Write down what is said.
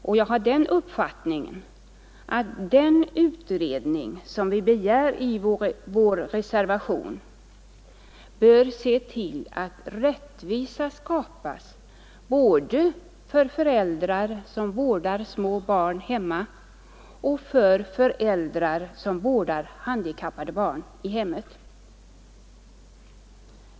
Och jag har den uppfattningen att den utredning som vi begär i vår reservation bör se till att rättvisa skapas både för föräldrar som vårdar små barn hemma och för föräldrar som vårdar handikappade barn i hemmet.